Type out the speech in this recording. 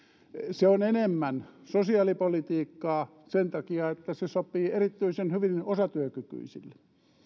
se on enemmän sosiaalipolitiikkaa sen takia että se sopii erityisen hyvin osatyökykyisille